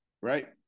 right